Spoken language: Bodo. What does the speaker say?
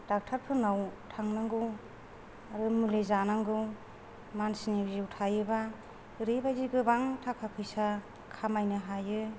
डक्टरफोरनाव थांनांगौ आरो मुलि जानांगौ मानसिनि जिउ थायोब्ला ओरैबायदि गोबां थाखा फैसा खामायनो हायो